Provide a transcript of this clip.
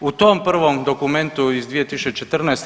U tom prvom dokumentu iz 2014.